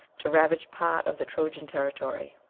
to ravage part of the trojan territory.